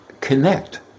connect